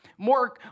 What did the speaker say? More